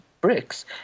bricks